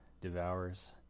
devours